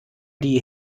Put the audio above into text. die